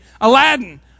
Aladdin